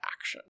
action